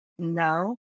No